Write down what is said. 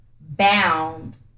bound